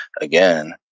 again